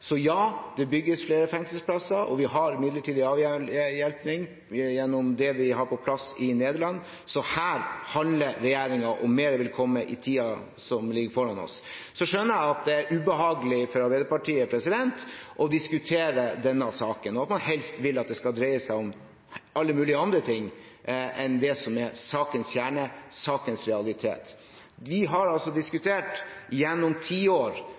Så ja, det bygges flere fengselsplasser, og vi avhjelper midlertidig gjennom det vi har på plass i Nederland. Så her handler regjeringen, og mer vil komme i tiden som ligger foran oss. Så skjønner jeg at det er ubehagelig for Arbeiderpartiet å diskutere denne saken, og at man helst vil at det skal dreie seg om alle mulige andre ting enn det som er sakens kjerne og sakens realitet. Vi har altså gjennom tiår diskutert